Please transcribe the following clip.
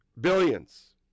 billions